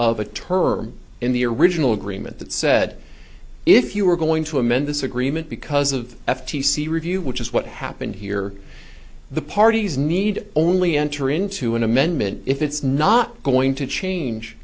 of a term in the original agreement that said if you are going to amend this agreement because of the f t c review which is what happened here the parties need only enter into an amendment if it's not going to change